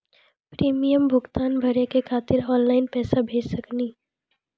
Premium भुगतान भरे के खातिर ऑनलाइन पैसा भेज सकनी?